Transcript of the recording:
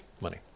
Money